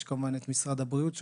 יש כמובן את משרד הבריאות שעושה.